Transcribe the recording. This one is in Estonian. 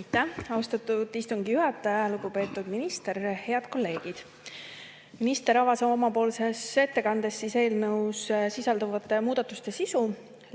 Aitäh, austatud istungi juhataja! Lugupeetud minister! Head kolleegid! Minister avas omapoolses ettekandes eelnõus sisalduvate muudatuste sisu,